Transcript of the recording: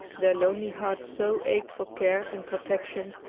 their lonely hearts so ached for care and protection,